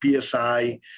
PSI